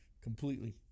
completely